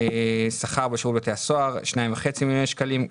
שכר בשירות בתי הסוהר 2.5 מיליוני שקלים.